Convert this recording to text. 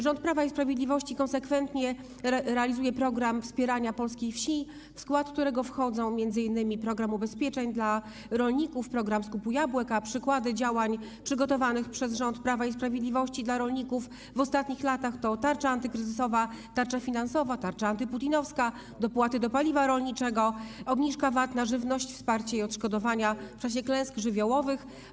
Rząd Prawa i Sprawiedliwości konsekwentnie realizuje program wspierania polskiej wsi, w skład którego wchodzą m.in. program ubezpieczeń dla rolników, program skupu jabłek, a przykłady działań przygotowanych przez rząd Prawa i Sprawiedliwości dla rolników w ostatnich latach to tarcza antykryzysowa, tarcza finansowa, tarcza antyputinowska, dopłaty do paliwa rolniczego, obniżka VAT na żywność, wsparcie i odszkodowania w czasie klęsk żywiołowych.